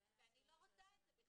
ואני לא רוצה את זה בכלל.